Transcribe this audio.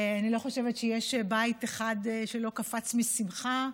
אני לא חושבת שיש בית אחד שלא קפץ משמחה,